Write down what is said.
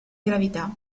gravità